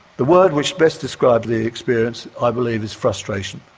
the word which best describes the experience i believe is frustration.